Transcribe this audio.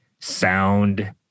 sound